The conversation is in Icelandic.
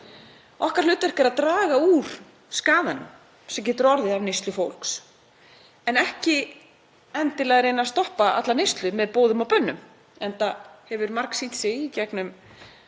landsmönnum, er að draga úr skaðanum sem getur orðið af neyslu fólks en ekki endilega að reyna að stoppa alla neyslu með boðum og bönnum, enda hefur margsýnt sig í gegnum